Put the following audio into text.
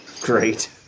Great